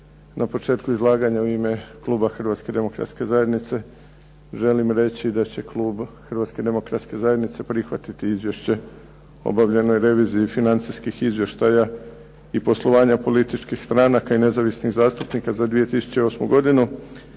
Na početku izlaganja u ime kluba Hrvatske demokratske zajednice želim reći da će klub Hrvatske demokratske zajednice prihvatiti Izvješće o obavljenoj reviziji financijskih izvještaja i poslovanja političkih stranaka i nezavisnih zastupnika za 2008. godinu,